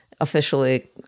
officially